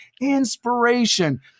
inspiration